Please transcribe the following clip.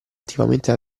attivamente